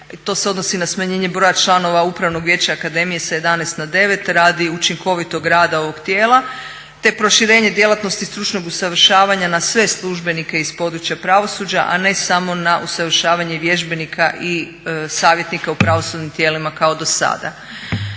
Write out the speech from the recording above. to se odnosi na smanjenje broja članova Upravnog vijeća akademije sa 11 na 9 radi učinkovitog rada ovog tijela te proširenje djelatnosti stručnog usavršavanja na sve službenike iz područja pravosuđa, a ne samo na usavršavanje vježbenika i savjetnika u pravosudnim tijelima kao dosada.